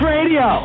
Radio